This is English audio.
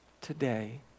today